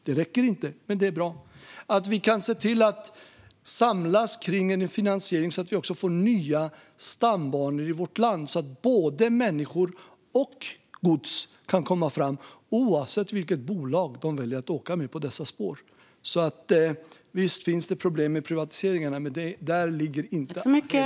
Det räcker inte, men det är bra. Vi kan också se till att samlas kring finansieringen av nya stambanor i vårt land så att både människor och gods kan komma fram, oavsett vilket bolag de väljer att åka med på dessa spår. Visst finns det problem med privatiseringarna, men där ligger inte hela utmaningen.